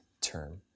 term